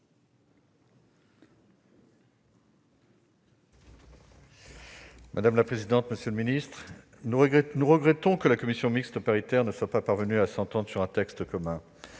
Madame la présidente, monsieur le ministre, mes chers collègues, nous regrettons que la commission mixte paritaire ne soit pas parvenue à s'entendre sur un texte commun.